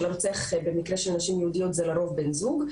הרוצח במקרה של נשים יהודיות זה לרוב בן זוג,